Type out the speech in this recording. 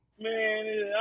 man